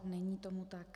Není tomu tak.